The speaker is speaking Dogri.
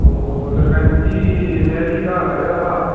ओहो सरपैंच जी में बी घर आये दा हा